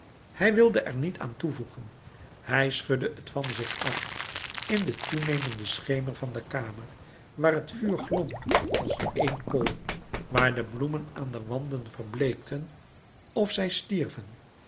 hij wilde er niet aan toegeven hij schudde het van zich af in den toenemenden schemer van de kamer waar het vuur glom als éen kool waar de bloemen aan de wanden verbleekten of zij stierven